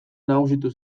nagusitu